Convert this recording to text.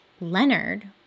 Leonard